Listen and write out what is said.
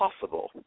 possible